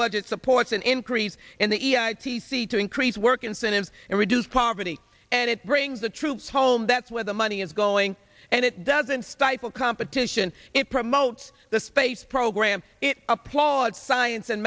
budget supports an increase in the i t c to increase work incentives and reduce poverty and it bring the troops home that's where the money is going and it doesn't stifle competition it promotes the space program it applauds science and